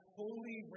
holy